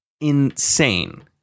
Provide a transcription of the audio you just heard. insane